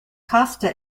costa